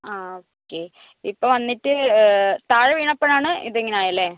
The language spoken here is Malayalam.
ആ ഓക്കെ ഇപ്പോൾ വന്നിട്ട് താഴെ വീണപ്പോഴാണ് ഇത് ഇങ്ങനെ ആയത് അല്ലേ